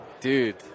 dude